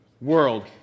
world